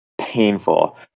painful